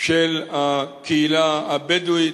של הקהילה הבדואית,